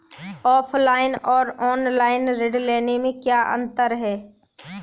Offline और online ऋण लेने में क्या अंतर है?